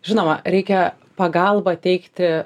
žinoma reikia pagalbą teikti